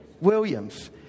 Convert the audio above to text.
Williams